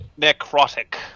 necrotic